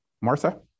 Martha